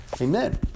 Amen